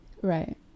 right